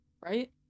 right